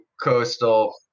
Coastal